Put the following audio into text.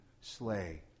slay